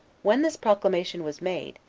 when this proclamation was made,